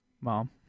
mom